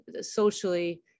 socially